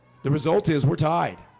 the result is we're tied.